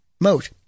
moat